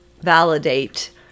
validate